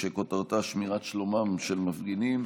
שכותרתה: שמירת שלומם של מפגינים.